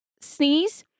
sneeze